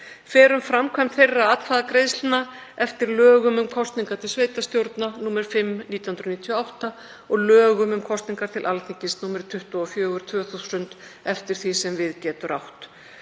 Fer um framkvæmd þeirra atkvæðagreiðslna eftir lögum um kosningar til sveitarstjórna, nr. 5/1998, og lögum um kosningar til Alþingis, nr. 24/2000, eftir því sem við getur átt.“